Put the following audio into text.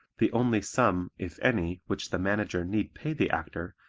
the only sum, if any, which the manager need pay the actor,